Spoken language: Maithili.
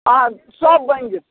आ सब बनि जयतै